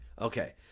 Okay